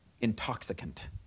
intoxicant